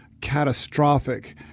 catastrophic